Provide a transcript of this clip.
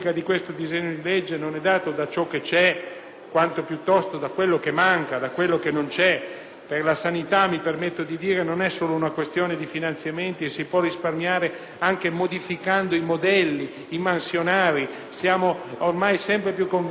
Per la sanità, mi permetto di dire, non è solo una questione di finanziamenti. Si può risparmiare anche modificando i modelli, i mansionari. Siamo ormai sempre più convinti che sia necessaria una manutenzione della legge sul sistema sanitario nazionale. Senza ulteriori cambiamenti